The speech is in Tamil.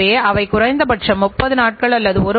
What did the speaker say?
மேலும் குறைபாடுள்ள பொருட்கள் எவ்வளவு